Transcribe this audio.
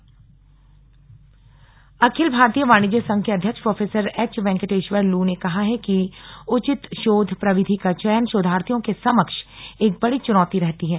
कार्यशाला अखिल भारतीय वाणिज्य संघ के अध्यक्ष प्रोफेसर एच वैंकटेश्वर लू ने कहा है कि उचित शोध प्रविधि का चयन शोधार्थियों के समक्ष एक बड़ी चुनौती रहती है